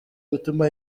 gutuma